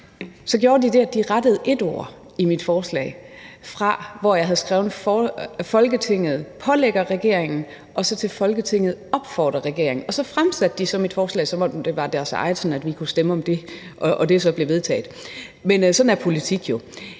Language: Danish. gjorde den det, at den rettede et ord i mit forslag og der, hvor jeg havde skrevet »Folketinget pålægger regeringen«, skrev de »Folketinget opfordrer regeringen«, og så fremsatte regeringen mit forslag, som om det var dens eget, sådan at vi kunne stemme om det, og det blev så vedtaget. Men sådan er politik jo.